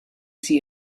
sie